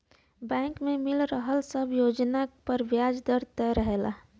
bank में मिल रहल सब योजना पर ब्याज दर तय रहला